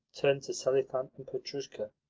turned to selifan and petrushka.